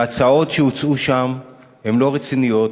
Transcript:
וההצעות שהוצעו שם הן לא רציניות,